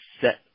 set